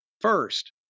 first